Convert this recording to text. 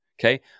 Okay